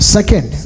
Second